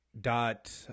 dot